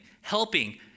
helping